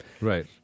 Right